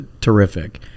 terrific